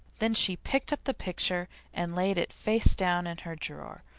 then she picked up the picture and laid it face down in her drawer,